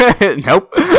nope